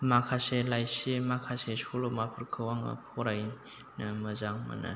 माखासे लाइसि माखासे सल'माफोरखौ आङो फरायनो मोजां मोनो